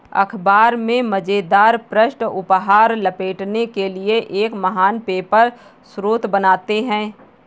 अख़बार में मज़ेदार पृष्ठ उपहार लपेटने के लिए एक महान पेपर स्रोत बनाते हैं